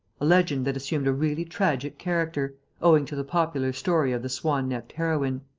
a legend that assumed a really tragic character, owing to the popular story of the swan-necked heroine.